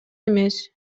эмес